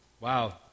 Wow